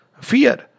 fear